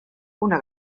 una